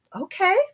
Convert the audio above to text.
okay